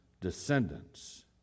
descendants